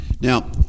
Now